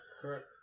Correct